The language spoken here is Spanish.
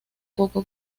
poco